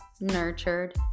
nurtured